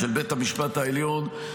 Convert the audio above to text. -- של בית המשפט העליון,